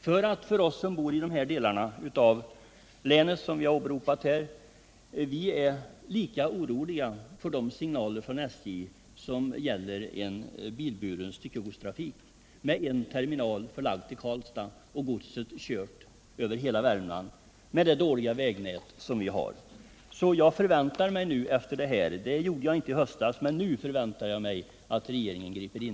Vi som bor i de delar av länet som jag här har talat om är mycket oroade av SJ:s signaler om en bilburen styckegodstrafik med en terminal förlagd till Karlstad och godset transporterat över hela Värmland — och vi är det inte minst med tanke på det dåliga vägnät som vi har där. Efter detta förväntar jag mig — det gjorde jag inte i höstas — att regeringen griper in!